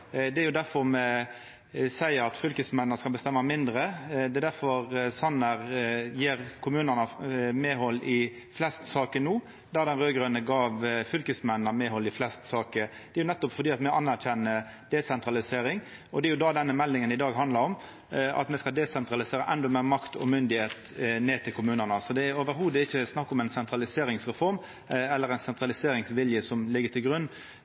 Det er difor me seier at fylkesmennene skal bestemma mindre, det er difor Sanner no gjev kommunane medhald i flest saker der dei raud-grøne gav fylkesmennene medhald i flest saker. Det er nettopp fordi me anerkjenner desentralisering, og det er jo det denne meldinga i dag handlar om – at me skal desentralisera endå meir makt og myndigheit ned til kommunane. Så det er slett ikkje snakk om ei sentraliseringsreform eller at det er ein sentraliseringsvilje som ligg til grunn.